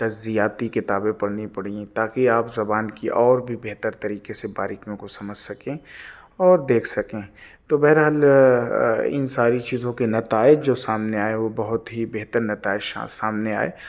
تجزیاتی کتابیں پڑھنی پڑیں تاکہ آپ زبان کی اور بھی بہتر طریقے سے باریکیوں کو سمجھ سکیں اور دیکھ سکیں تو بہرحال ان ساری چیزوں کے نتائج جو سامنے آئے وہ بہت ہی بہتر نتائج شا سامنے آئے